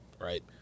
right